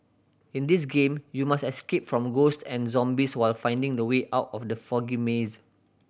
in this game you must escape from ghost and zombies while finding the way out of the foggy maze